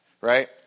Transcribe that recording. right